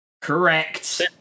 Correct